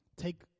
Take